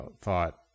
thought